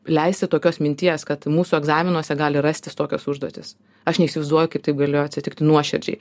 leisti tokios minties kad mūsų egzaminuose gali rastis tokios užduotys aš neįsivaizduoju kaip tai galėjo atsitikti nuoširdžiai